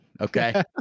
okay